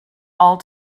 all